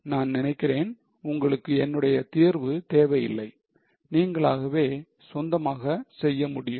நான் நினைக்கிறேன் உங்களுக்கு என்னுடைய தீர்வு தேவை இல்லை நீங்களாகவே சொந்தமாக செய்ய முடியும்